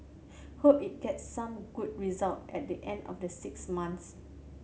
hope it gets some good result at the end of the six months